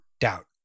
doubt